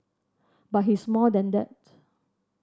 but he's more than that